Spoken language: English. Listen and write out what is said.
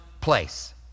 place